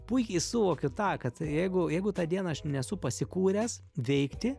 puikiai suvokiu tą kad jeigu jeigu tą dieną aš nesu pasikūręs veikti